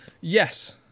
Yes